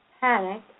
panic